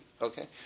okay